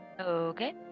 Okay